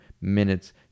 minutes